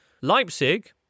Leipzig